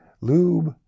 Lube